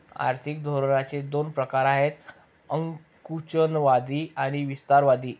आर्थिक धोरणांचे दोन प्रकार आहेत आकुंचनवादी आणि विस्तारवादी